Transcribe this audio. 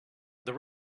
the